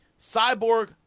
Cyborg